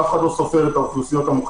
ואף אחד לא סופר את האוכלוסיות המוחלשות